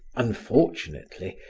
unfortunately,